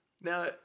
Now